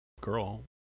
girl